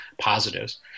positives